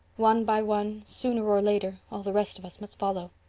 one by one, sooner or later, all the rest of us must follow.